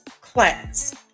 class